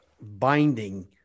binding